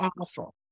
awful